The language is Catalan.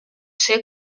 ser